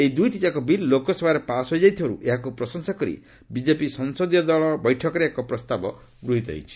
ଏହି ଦୁଇଟିଯାକ ବିଲ୍ ଲୋକସଭାରେ ପାସ୍ ହୋଇଯାଇଥିବାରୁ ଏହାକୁ ପ୍ରଶଂସା କରି ବିଜେପି ସଂସଦୀୟ ପାର୍ଟି ବୈଠକରେ ଏକ ପ୍ରସ୍ତାବ ଗୃହିତ ହୋଇଛି